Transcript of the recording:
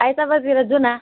आइतवारतिर जाऔँ न